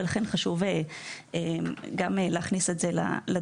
ולכן חשוב להכניס גם את זה לדיון.